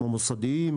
כמו מוסדיים,